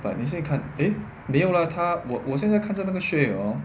but 你现在看 eh 没有 lah 它我我现在看那个 share 了哦